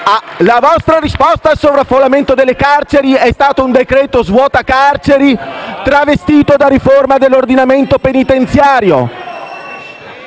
La vostra risposta al sovraffollamento delle carceri è stato un decreto svuota carceri, travestito da riforma dell'ordinamento penitenziario.